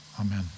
Amen